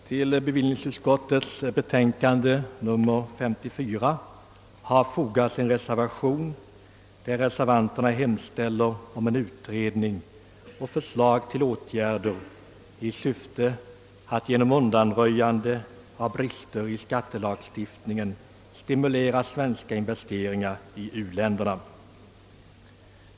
Herr talman! Till utskottets betänkande har fogats en reservation, i vilken reservanterna hemställer om utredning och förslag till åtgärder i syfte att genom undanröjande av brister i skattelagstiftningen stimulera svenska investeringar i u-länderna.